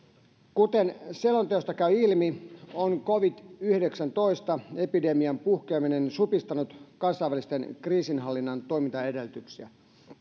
kuten selonteosta käy ilmi on covid yhdeksäntoista epidemian puhkeaminen supistanut kansainvälisen kriisinhallinnan toimintaedellytyksiä